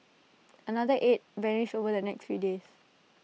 another eight vanished over the next few days